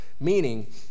meaning